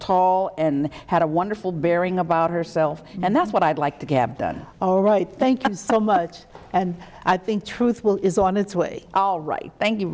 tall and had a wonderful bearing about herself and that's what i'd like to get done all right thank you so much and i think truth will is on its way all right thank you